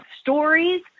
stories